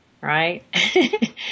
right